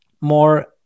more